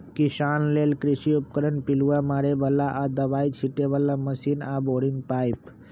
किसान लेल कृषि उपकरण पिलुआ मारे बला आऽ दबाइ छिटे बला मशीन आऽ बोरिंग पाइप